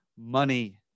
money